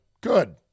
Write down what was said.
Good